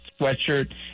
sweatshirt